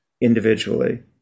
individually